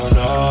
no